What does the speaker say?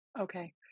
Okay